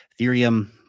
Ethereum